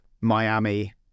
Miami